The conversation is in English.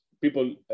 people